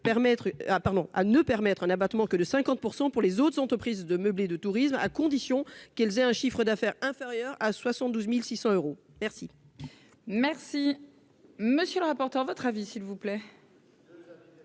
à ne permettre un abattement que de 50 % pour les autres entreprises de meublés de tourisme à condition qu'ils aient un chiffre d'affaires inférieur à 72600 euros merci. Merci, monsieur le rapporteur, votre avis s'il vous plaît.